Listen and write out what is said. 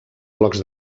blocs